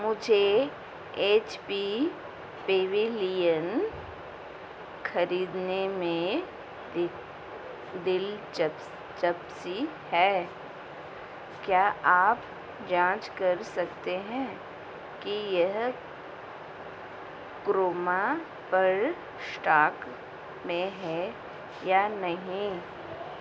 मुझे H P Pavilion खरीदने में दिलचपस्पी है क्या आप जाँच कर सकते हैं कि यह क्रोमा पर एस्टॉक में है या नहीं